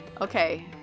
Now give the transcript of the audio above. Okay